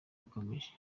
rikomeje